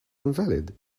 invalid